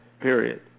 period